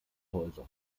häuser